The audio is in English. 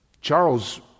Charles